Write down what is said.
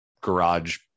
garage